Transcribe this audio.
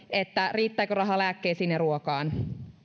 riittääkö raha lääkkeisiin ja ruokaan